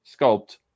sculpt